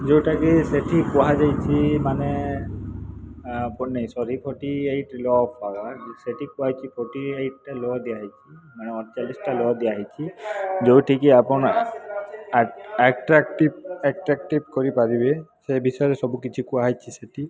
ଯଉଟା କି ସେଠି କୁହା ଯାଇଛି ମାନେ ଏପଟେ ନାହିଁ sorry forty eight law of power ସେଠି କୁହା ହେଇଛି ଫୋର୍ଟି ଏଇଟଟା ଲ ଦିଆ ହେଇଛି ମାନେ ଅଡ଼ଚାଳିଶଟା ଲ ଦିଆ ହେଇଛି ଯେଉଁଠି କି ଆପଣ ଆ ଆଟ୍ରାକ୍ଟିଭ୍ ଆଟ୍ରାକ୍ଟିଭ୍ କରିପାରିବେ ସେ ବିଷୟରେ ସବୁ କିଛି କୁହା ହେଇଛି ସେଇଠି